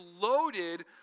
loaded